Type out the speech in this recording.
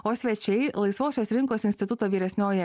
o svečiai laisvosios rinkos instituto vyresnioji